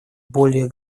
более